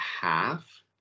half